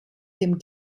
dem